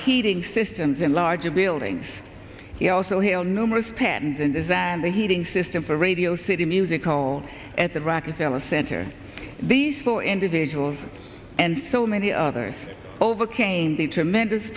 heating systems in larger building he also hail numerous patents and designed the heating system for radio city music hall at the rockefeller center these two individuals and so many others overcame the tremendous